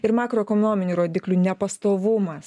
ir makroekonominių rodiklių nepastovumas